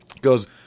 Goes